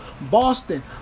Boston